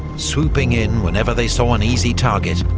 swooping in whenever they saw an easy target,